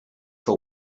for